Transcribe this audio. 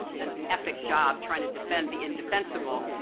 an epic job trying to defend the indefensible.